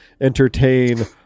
entertain